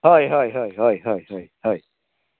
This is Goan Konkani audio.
हय हय हय हय हय